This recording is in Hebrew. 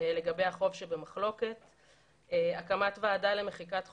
לגבי החוב שבמחלוקת; הקמת ועדה למחיקת חובות,